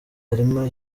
harimo